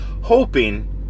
hoping